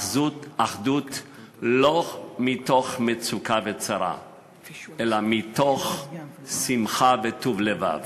אחדות לא מתוך מצוקה וצרה אלא מתוך שמחה וטוב לבב.